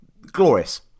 glorious